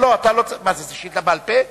זו שאילתא והוא